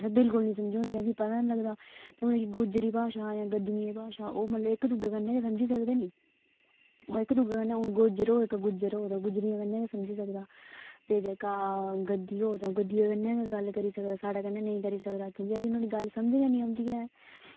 असें बिल्कुल निं समझोंदी असेंगी पता निं चलदा नुहाड़े च गोजरी भाशा जां गद्दियें दी भाशा ओह् मतलब इक दूऐ कन्नै गै समझी सकदे निं ओह् इक दुऐ कन्नै इक गुज्ज ओह् इक गुज्जर होग ते गुज्जरै कन्नै गै समझी सकदा ते जेह्का गद्दी होग ते ओह् गद्दियै कन्नै गै गल्ल करी सकदा साढ़े कन्नै नेईं करी सकदा ते असेंगी नुहाड़ी गल्ल समझ निं आई सकदी ऐ